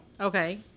Okay